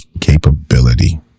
capability